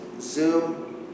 Zoom